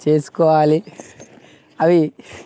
చేసుకోవాలి అవి